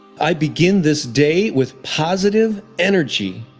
i begin this day with positive energy.